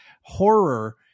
horror